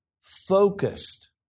focused